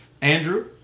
andrew